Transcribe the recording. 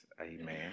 Amen